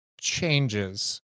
changes